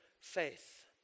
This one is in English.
faith